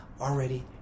already